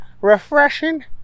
refreshing